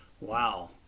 wow